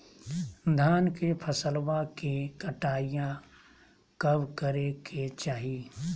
धान के फसलवा के कटाईया कब करे के चाही?